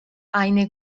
eine